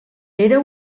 era